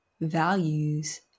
values